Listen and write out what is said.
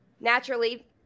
Naturally